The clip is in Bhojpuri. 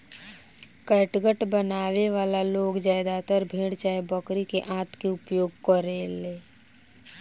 कैटगट बनावे वाला लोग ज्यादातर भेड़ चाहे बकरी के आंत के उपयोग करेले